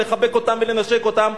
ולחבק אותם ולנשק אותם,